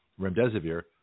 remdesivir